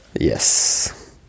yes